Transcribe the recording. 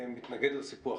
שמתנגד לסיפוח,